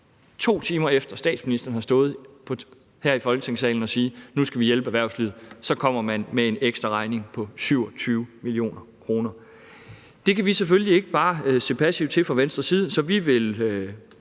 2 timer efter at statsministeren har stået her i Folketingssalen og sagt, at nu skal vi hjælpe erhvervslivet, kommer med en ekstra regning på 27 mio. kr. Der kan vi selvfølgelig ikke bare se passivt til fra Venstres side, så vi vil